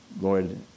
Lord